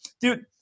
Dude